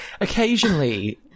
Occasionally